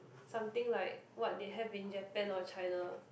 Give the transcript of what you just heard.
something like what they have in Japan or China